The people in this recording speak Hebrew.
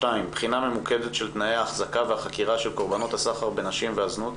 בחינה ממוקדת של תנאי האחזקה והחקירה של קורבנות הסחר בנשים והזנות,